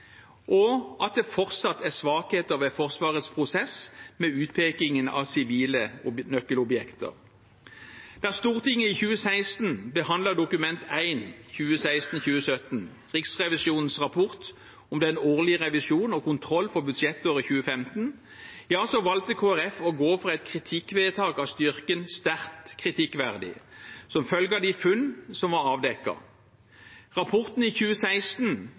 beskriver at det fortsatt er svakheter ved Forsvarets prosess med utpeking av sivile nøkkelobjekter Da Stortinget i 2016 behandlet Dokument 1 for 2016–2017, Riksrevisjonens rapport om den årlige revisjon og kontroll for budsjettåret 2015, valgte Kristelig Folkeparti å gå for et kritikkvedtak av styrken «sterkt kritikkverdig» som følge av de funn som var avdekket. Rapporten i 2016